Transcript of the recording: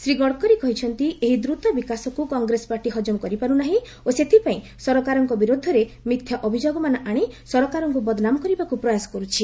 ଶ୍ରୀ ଗଡକରୀ କହିଛନ୍ତି ଏହି ଦ୍ରତ ବିକାଶକୁ କଂଗ୍ରେସ ପାର୍ଟି ହଜମ କରିପାରୁ ନାହିଁ ଓ ସେଥିପାଇଁ ସରକାରଙ୍କ ବିରୁଦ୍ଧରେ ମିଥ୍ୟା ଅଭିଯୋଗମାନ ଆଣି ସରକାରଙ୍କୁ ବଦନାମ କରିବାକୁ ପ୍ରୟାସ କରୁଛି